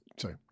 Sorry